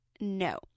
No